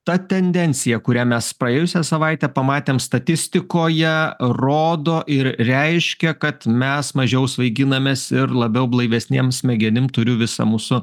ta tendencija kurią mes praėjusią savaitę pamatėm statistikoje rodo ir reiškia kad mes mažiau svaiginamės ir labiau blaivesnėm smegenim turiu visą mūsų